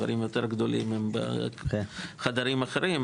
דברים יותר גדולים הם בחדרים אחרים.